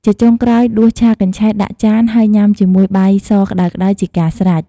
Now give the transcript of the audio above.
ជាចុងក្រោយ ដួសឆាកញ្ឆែតដាក់ចាន ហើយញ៉ាំជាមួយ បាយសក្តៅៗជាការស្រេច។